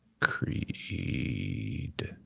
creed